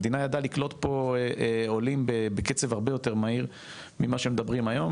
המדינה ידעה לקלוט פה עולים בקצב הרבה יותר מהיר ממה שמדברים היום,